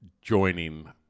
joining